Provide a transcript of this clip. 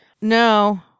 No